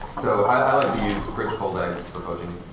so i like to use fridge cold eggs for poaching.